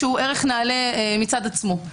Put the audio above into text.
שהוא ערך נעלה מצד עצמו.